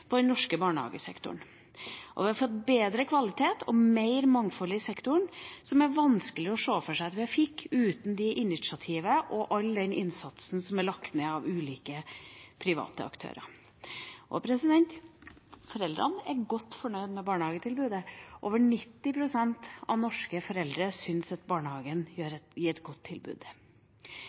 den norske barnehagesektoren. Vi har fått bedre kvalitet og mer mangfold i sektoren, noe som det er vanskelig å se for seg at vi ville fått uten initiativ fra, og all den innsatsen som er lagt ned av, ulike private aktører. Foreldrene er godt fornøyd med barnehagetilbudet. Over 90 pst. av norske foreldre syns at barnehagen gir et godt tilbud.